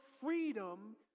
freedom